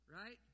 Right